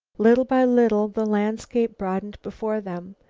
little by little the landscape broadened before them.